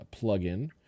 plugin